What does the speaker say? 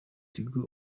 tigo